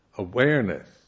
Awareness